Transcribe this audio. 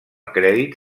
crèdits